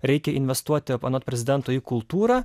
reikia investuoti anot prezidento į kultūrą